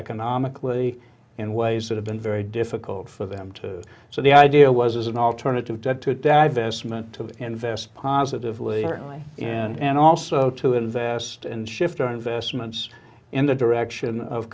economically in ways that have been very difficult for them to so the idea was as an alternative to divestment to invest positively early and also to invest and shift their investments in the direction of